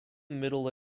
middle